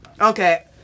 Okay